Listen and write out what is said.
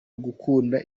gukunda